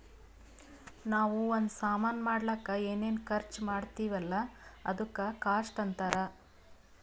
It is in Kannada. ನಾವೂ ಒಂದ್ ಸಾಮಾನ್ ಮಾಡ್ಲಕ್ ಏನೇನ್ ಖರ್ಚಾ ಮಾಡ್ತಿವಿ ಅಲ್ಲ ಅದುಕ್ಕ ಕಾಸ್ಟ್ ಅಂತಾರ್